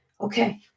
okay